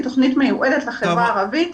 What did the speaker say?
היא תוכנית מיועדת לחברה הערבית.